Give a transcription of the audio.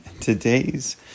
today's